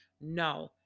No